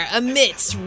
amidst